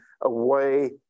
away